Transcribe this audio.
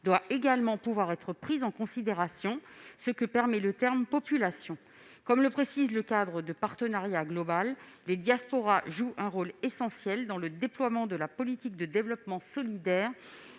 doit également être prise en considération, ce que permet le terme « population ». Comme le précise le CPG, les diasporas jouent un rôle essentiel dans le déploiement de la politique de développement solidaire